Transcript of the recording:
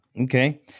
okay